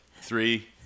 Three